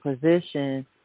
position